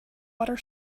water